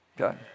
okay